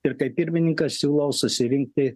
ir kaip pirmininkas siūlau susirinkti